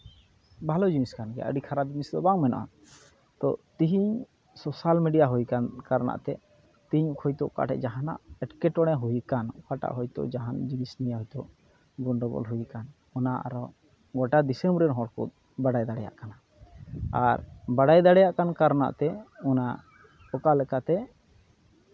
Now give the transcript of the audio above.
ᱵᱷᱟᱞᱮ ᱡᱤᱱᱤᱥ ᱠᱟᱱ ᱜᱮᱭᱟ ᱟᱹᱰᱤ ᱠᱷᱟᱨᱟᱯ ᱡᱤᱱᱤᱥ ᱫᱚ ᱵᱟᱝ ᱢᱮᱱᱚᱜᱼᱟ ᱛᱳ ᱛᱮᱦᱤᱧ ᱥᱳᱥᱟᱞ ᱢᱤᱰᱤᱭᱟ ᱦᱩᱭ ᱟᱠᱟᱱ ᱠᱟᱨᱚᱱᱟᱜ ᱛᱮ ᱛᱮᱦᱤᱧ ᱠᱷᱚᱱ ᱫᱚ ᱚᱠᱟ ᱴᱷᱮᱱ ᱡᱟᱦᱟᱱᱟᱜ ᱮᱸᱴᱠᱮᱴᱚᱬᱮ ᱦᱩᱭ ᱟᱠᱟᱱ ᱚᱠᱟᱴᱟᱜ ᱦᱚᱭᱛᱳ ᱡᱟᱦᱟᱱ ᱡᱤᱱᱤᱥ ᱧᱮᱞᱛᱮ ᱜᱚᱱᱰᱳᱜᱳᱞ ᱦᱩᱭ ᱟᱠᱟᱱ ᱚᱱᱟ ᱟᱨᱦᱚᱸ ᱜᱳᱴᱟ ᱫᱤᱥᱚᱢ ᱨᱮᱱ ᱦᱚᱲ ᱠᱚ ᱵᱟᱲᱟᱭ ᱫᱟᱲᱮᱭᱟᱜ ᱠᱟᱱᱟ ᱟᱨ ᱵᱟᱲᱟᱭ ᱫᱟᱲᱮᱭᱟᱜ ᱠᱟᱨᱚᱱᱟᱜ ᱛᱮ ᱚᱱᱟ ᱚᱠᱟ ᱞᱮᱠᱟᱛᱮ